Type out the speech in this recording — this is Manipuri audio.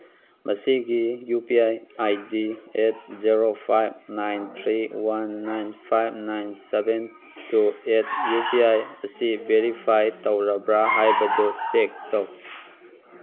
ꯃꯁꯤꯒꯤ U P I I D eight zero five nine three one nine five nine seven two eight U P I ꯑꯁꯤ ꯚꯦꯔꯤꯐꯥꯏ ꯇꯧꯔꯕ꯭ꯔꯥ ꯍꯥꯏꯕꯗꯨ ꯆꯦꯛ ꯇꯧ